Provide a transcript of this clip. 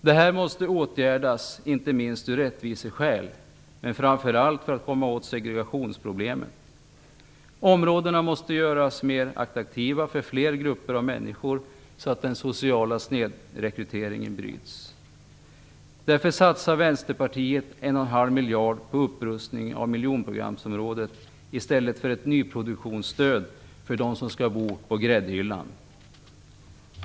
Detta måste åtgärdas, inte minst av rättviseskäl men framför allt för att komma åt segregationsproblemen. Områdena måste göras mer attraktiva för fler grupper av människor, så att den sociala snedrekryteringen bryts. Därför vill Vänsterpartiet satsa 1,5 miljarder på upprustning av miljonprogramsområdena i stället för på ett nyproduktionsstöd för dem som skall bo på gräddhyllan.